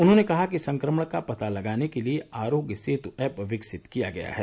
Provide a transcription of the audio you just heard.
उन्होंने कहा कि संक्रमण का पता लगाने के लिए आरोग्य सेतु ऐप विकसित किया गया है